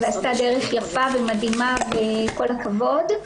ועשתה דרך יפה ומדהימה וכל הכבוד.